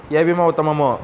ఏ భీమా ఉత్తమము?